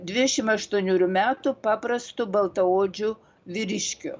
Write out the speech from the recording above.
dvidešim aštuonerių metų paprastu baltaodžiu vyriškiu